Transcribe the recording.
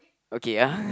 okay ah